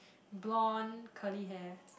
blond curly hair